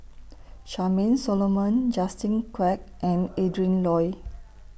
Charmaine Solomon Justin Quek and Adrin Loi